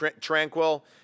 Tranquil